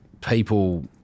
people